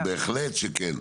אבל בהחלט שכן,